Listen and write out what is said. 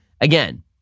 again